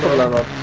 level